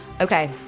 Okay